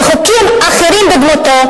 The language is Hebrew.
וחוקים אחרים בדמותו,